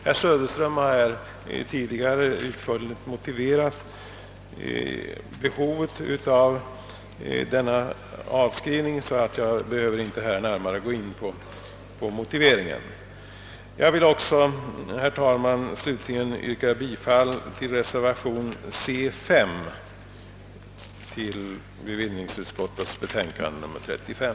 Herr Söderström har redan utförligt motiverat behovet av sådan avskrivning. Jag behöver därför inte närmare gå in på motiveringen för detta yrkande. Jag yrkar också bifall till denna reservation. Jag vill slutligen, herr talman, yrka bifall till reservationen nr 5 under punkten C i bevillningsutskottets betänkande nr 35.